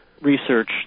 research